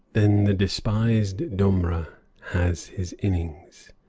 then the despised domra has his innings.